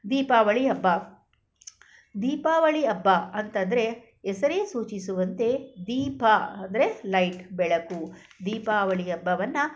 ದೀಪಾವಳಿ ಹಬ್ಬ ದೀಪಾವಳಿ ಹಬ್ಬ ಅಂತಂದರೆ ಹೆಸರೇ ಸೂಚಿಸುವಂತೆ ದೀಪ ಅಂದರೆ ಲೈಟ್ ಬೆಳಕು ದೀಪಾವಳಿ ಹಬ್ಬವನ್ನ